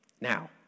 Now